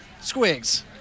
Squigs